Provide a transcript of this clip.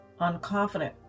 unconfident